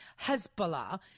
Hezbollah